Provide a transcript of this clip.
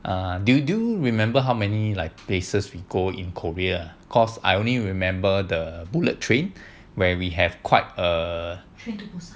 err do you do remember how many like places we go in korea cause I only remember the bullet train where we have quite a